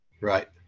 Right